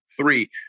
three